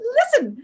listen